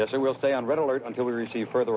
yes i will stay on red alert until we receive further